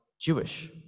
Jewish